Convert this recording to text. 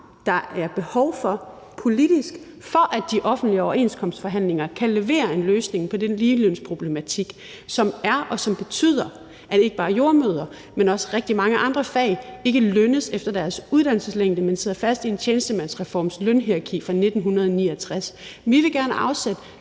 der er behov for, for at de offentlige overenskomstforhandlinger kan levere en løsning på den ligelønsproblematik, som der er, og som betyder, at ikke bare jordemødre, men også rigtig mange andre fag ikke lønnes efter deres uddannelseslængde, men sidder fast i en tjenestemandsreforms lønhierarki fra 1969. Vi vil gerne afsætte